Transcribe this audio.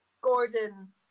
Gordon